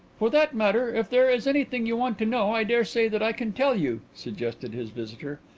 for that matter, if there is anything you want to know, i dare say that i can tell you, suggested his visitor.